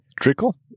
Trickle